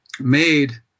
made